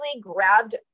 grabbed